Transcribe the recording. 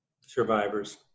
survivors